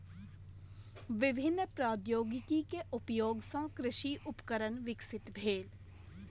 विभिन्न प्रौद्योगिकी के उपयोग सॅ कृषि उपकरण विकसित भेल